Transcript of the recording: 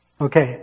Okay